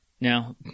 Now